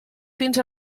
fins